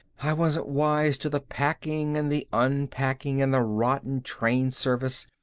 i wasn't wise to the packing, and the unpacking, and the rotten train service,